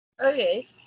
Okay